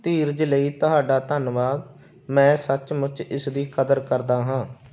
ਧੀਰਜ ਲਈ ਤੁਹਾਡਾ ਧੰਨਵਾਦ ਮੈਂ ਸੱਚਮੁੱਚ ਇਸ ਦੀ ਕਦਰ ਕਰਦਾ ਹਾਂ